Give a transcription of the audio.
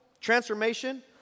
transformation